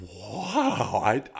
wow